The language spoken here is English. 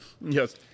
Yes